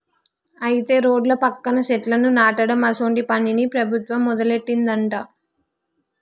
అయితే రోడ్ల పక్కన సెట్లను నాటడం అసోంటి పనిని ప్రభుత్వం మొదలుపెట్టిందట